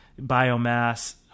biomass